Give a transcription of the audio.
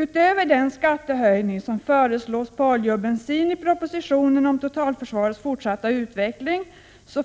Utöver den skattehöjning som föreslås på olja och bensin i propositionen om totalförsvarets fortsatta utveckling